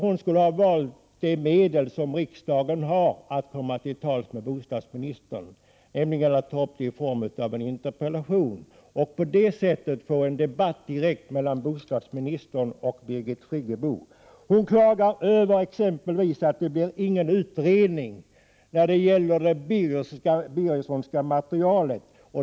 Hon skulle ha valt de medel riksdagen har för att komma till tals med bostadsministern, nämligen att ta upp saken i form av en interpellation och på det sättet få en debatt till stånd direkt mellan bostadsministern och Birgit Friggebo. Exempelvis klagade hon över att det inte blir någon utredning kring det Birgerssonska materialet.